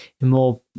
more